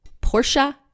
Portia